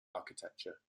architecture